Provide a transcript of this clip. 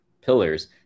pillars